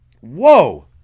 Whoa